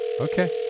Okay